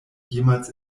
jemals